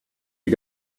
you